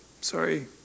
sorry